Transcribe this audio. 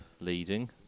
leading